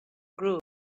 group